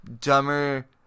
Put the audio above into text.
dumber